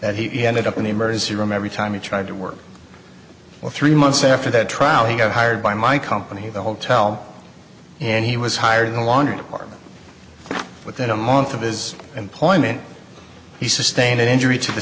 that he ended up in the emergency room every time he tried to work for three months after the trial he got hired by my company the hotel and he was hired to launder department within a month of his employment he sustained an injury to the